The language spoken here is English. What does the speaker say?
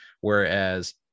whereas